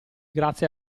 grazie